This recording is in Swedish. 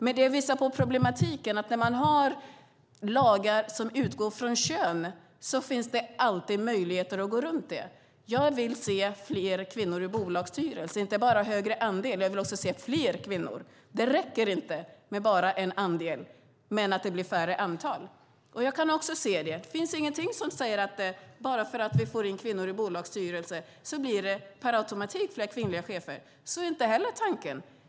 Men det här visar på problemet. När det finns lagar som utgår från kön finns det alltid möjligheter att gå runt dem. Jag vill se fler kvinnor i bolagsstyrelser, inte bara en högre andel utan också fler kvinnor. Det räcker inte med bara en andel men att det blir färre i antal. Det finns ingenting som säger att bara för att det kommer in kvinnor i bolagsstyrelser blir det per automatik fler kvinnliga chefer. Så är inte heller tanken.